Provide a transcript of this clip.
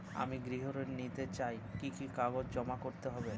আমি গৃহ ঋণ নিতে চাই কি কি কাগজ জমা করতে হবে?